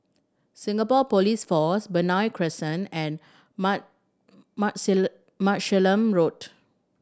Singapore Police Force Benoi Crescent and Martlesham Road